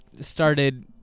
started